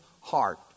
heart